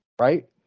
Right